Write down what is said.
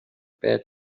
big